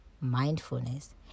mindfulness